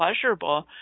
pleasurable